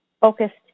focused